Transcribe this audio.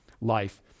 life